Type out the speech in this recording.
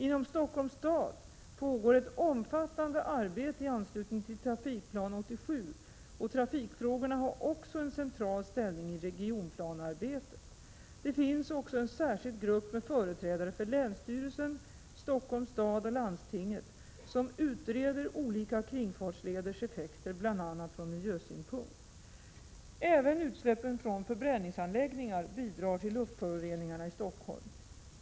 Inom Stockholms stad pågår ett omfattande arbete i anslutning till Trafikplan 87, och trafikfrågorna har också en central ställning i regionpla nearbetet. Det finns också en särskild grupp med företrädare för länsstyrelsen, Stockholms stad och landstinget som utreder olika kringfartsleders effekter, bl.a. från miljösynpunkt. Även utsläppen från förbränningsanläggningar bidrar till luftföroreningarna i Stockholm.